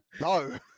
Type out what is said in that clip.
No